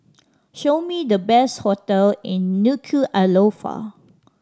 show me the best hotel in Nuku'alofa